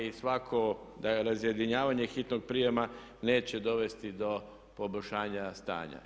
I svako da je razjedinjavanje hitnog prijema neće dovesti do poboljšanja stanja.